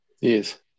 Yes